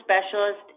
specialist